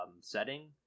setting